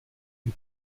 eut